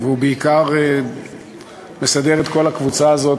והוא בעיקר מסדר את כל הקבוצה הזאת